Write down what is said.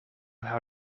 how